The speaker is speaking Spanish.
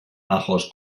ajos